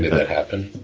that happen?